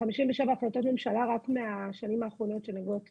ו-57 החלטות ממשלה רק מהשנים האחרונות שנוגעות